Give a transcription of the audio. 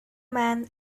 man